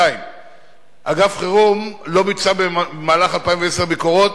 2. אגף חירום לא ביצע במהלך 2010 ביקורות